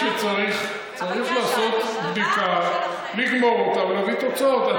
נעשה בדיקה, נגמור אותה ונביא תוצאות.